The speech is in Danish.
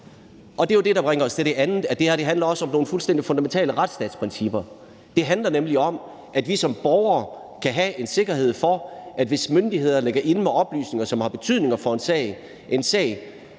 Det er jo det, som bringer os til det andet, altså at det her også handler om nogle fuldstændig fundamentale retsstatsprincipper. Det handler nemlig om, at vi som borgere kan have en sikkerhed for, at hvis myndighederne ligger inde med oplysninger, som har betydning for en sag,